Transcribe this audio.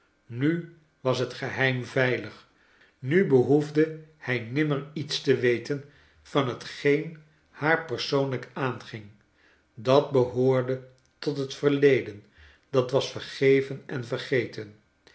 nu was het geheim veilig nu behoefde hij nimmer ieta te weten van hetgeen haar persoonlijk aanging dat behoorde tot het verleden dat was vergeven en vergeten